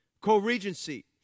Co-regency